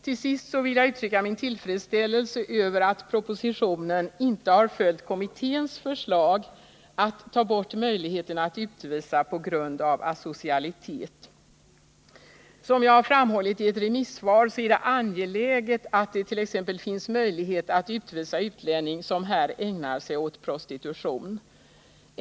Till sist vill jag uttrycka min tillfredsställelse över att propositionen inte har följt kommitténs förslag att ta bort möjligheten att utvisa på grund av asocialitet. Som jag framhållit i ett remissvar är det angeläget att det t.ex. finns möjlighet att utvisa utlänning som här ägnar sig åt prostitution.